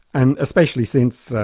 and especially since,